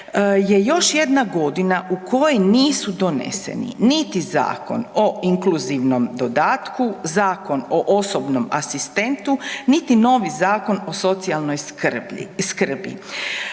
je još jedna godina u kojoj nisu doneseni niti Zakon o inkluzivnom dodatku, Zakon o osobnom asistentu, niti novi Zakon o socijalnoj skrbi.